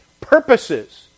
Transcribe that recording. purposes